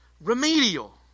remedial